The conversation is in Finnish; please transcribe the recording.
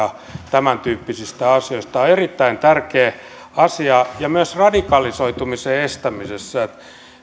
tämäntyyppisistä asioista tämä on erittäin tärkeä asia myös radikalisoitumisen estämisessä